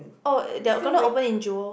oh they are gonna open in jewel